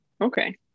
Okay